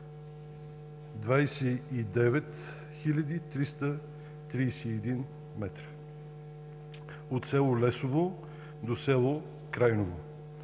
331 м, от село Лесово до село Крайново.